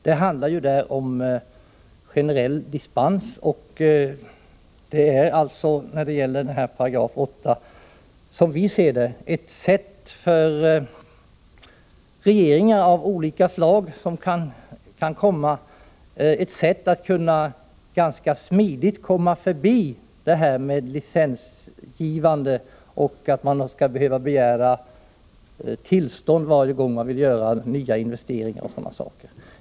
Det handlar där om generell dispens, och det betyder, som vi ser det, en möjlighet för regeringar av olika slag, som kan komma, att ganska smidigt gå förbi licensgivandet och kravet på tillstånd varje gång man vill göra nya investeringar.